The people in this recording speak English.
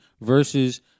versus